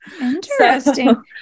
Interesting